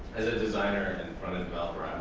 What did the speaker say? as a designer and front end